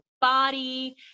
body